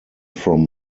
from